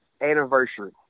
anniversary